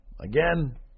Again